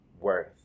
worth